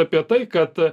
apie tai kad